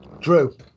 Drew